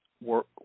Work